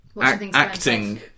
acting